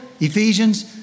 Ephesians